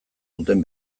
duten